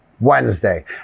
Wednesday